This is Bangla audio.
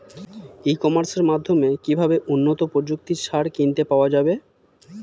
ই কমার্সের মাধ্যমে কিভাবে উন্নত প্রযুক্তির সার কিনতে পাওয়া যাবে?